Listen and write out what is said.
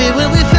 ah when we